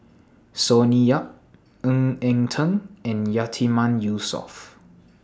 Sonny Yap Ng Eng Teng and Yatiman Yusof